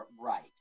Right